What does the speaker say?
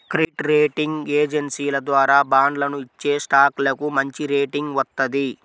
credit rating ఏజెన్సీల ద్వారా బాండ్లను ఇచ్చేస్టాక్లకు మంచిరేటింగ్ వత్తది